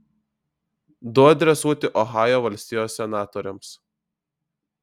du adresuoti ohajo valstijos senatoriams